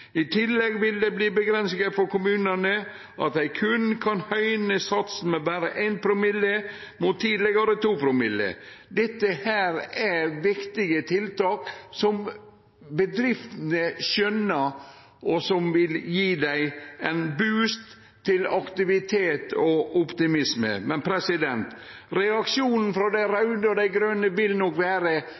I tillegg vil det verte ei avgrensing for kommunane, ved at dei kan forhøgje satsen med berre 1 promille, mot 2 promille tidlegare. Dette er viktige tiltak som bedriftene skjønar, og som gjev dei ein «boost» til aktivitet og optimisme. Men reaksjonen frå dei raude og dei grøne vil nok vere